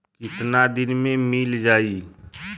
कितना दिन में मील जाई?